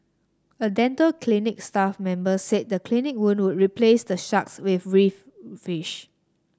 a dental clinic staff member said the clinic would replace the sharks with reef fish